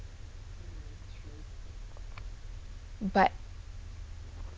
but